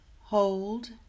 hold